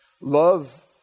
Love